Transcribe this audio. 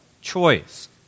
choice